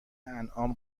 انعام